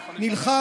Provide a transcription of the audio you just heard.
ספק,